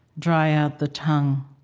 dry out the tongue,